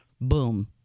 Boom